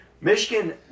Michigan